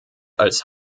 als